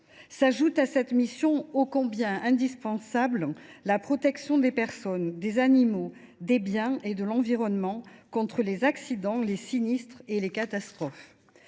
pour ne pas dire indispensable, « la protection des personnes, des animaux, des biens et de l’environnement contre les accidents, les sinistres et les catastrophes